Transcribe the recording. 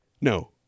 No